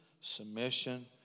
submission